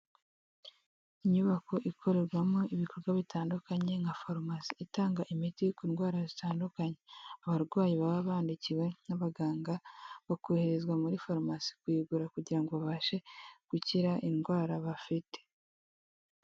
Inyubako ikorerwamo ibikorwa bitandukanye nka farumasi itanga imiti ku ndwara zitandukanye, abarwayi baba bandikiwe n'abaganga bakoherezwa muri farumasi kuyigura kugira ngo babashe gukira indwara bafite.